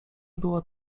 było